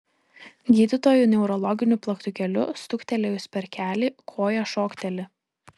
gydytojui neurologiniu plaktukėliu stuktelėjus per kelį koja šokteli